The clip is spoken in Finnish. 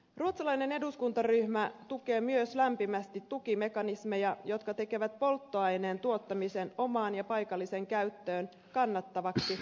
ruotsalainen eduskuntaryhmä tukee myös lämpimästi tukimekanismeja jotka tekevät polttoaineen tuottamisen omaan ja paikalliseen käyttöön kannattavaksi maatiloille